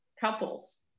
couples